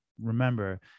remember